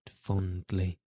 fondly